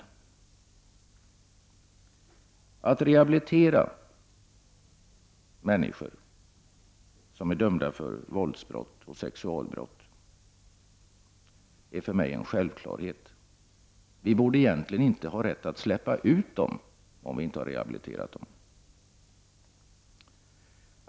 Att vi skall rehabilitera människor som är dömda för våldtäkt och sexualbrott är för mig en självklarhet. Vi borde egentligen inte ha rätt att släppa ut dem om vi inte har rehabiliterat dem.